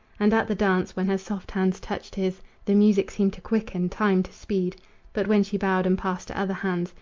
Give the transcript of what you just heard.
and at the dance, when her soft hands touched his the music seemed to quicken, time to speed but when she bowed and passed to other hands,